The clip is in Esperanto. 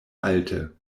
alte